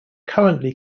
currently